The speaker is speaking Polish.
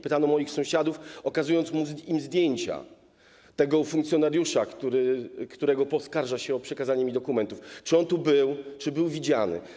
Pytano moich sąsiadów, pokazując im zdjęcia funkcjonariusza, którego oskarża się o przekazanie mi dokumentów: czy on tu był, czy był widziany.